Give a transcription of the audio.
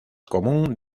común